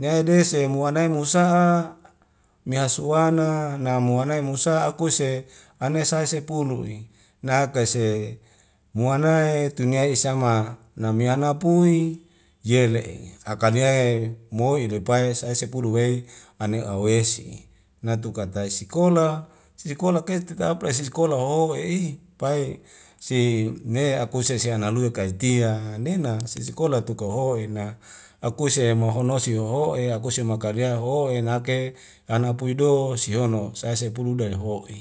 nai de semua nai musa'a mehasuana na muanai musa'a akuse ane se sae sepulu'i na kai se moanai tune ai isama na meana pui yele'e aka deae mo'i lepai sa'e sepulu wei ane awesi natuka tai sikola sikola kei tetap resi sikola ho'ei pai si me a akuse siane lua kaitia nena si sikola tu kaho'ena akuese mahono si wahoho'e akuse makarja ho'enake kana pue do sihono sae sepulu dai ho'i